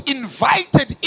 invited